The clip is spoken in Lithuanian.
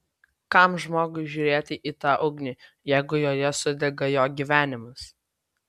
kam žmogui žiūrėti į tą ugnį jeigu joje sudega jo gyvenimas